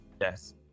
Yes